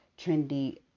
trendy